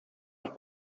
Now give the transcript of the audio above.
auch